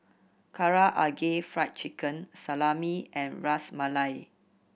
Karaage Fried Chicken Salami and Ras Malai